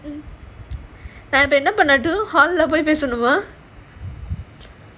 நான் இப்போ என்ன பண்ணட்டும்:naan ippo enna pannatum hall lah போய் பேசணுமா:poi pesanumaa